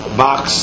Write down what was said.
box